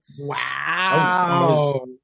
Wow